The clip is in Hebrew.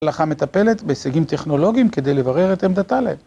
ההלכה מטפלת בהישגים טכנולוגיים כדי לברר את עמדתה להם.